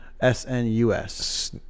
s-n-u-s